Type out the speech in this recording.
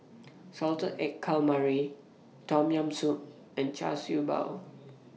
Salted Egg Calamari Tom Yam Soup and Char Siew Bao